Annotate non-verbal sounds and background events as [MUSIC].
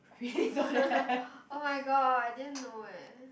[LAUGHS] oh-my-god I didn't know eh